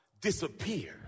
Disappear